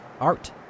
art